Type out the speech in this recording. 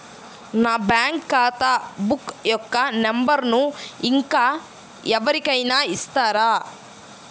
నా బ్యాంక్ ఖాతా బుక్ యొక్క నంబరును ఇంకా ఎవరి కైనా ఇస్తారా?